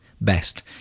best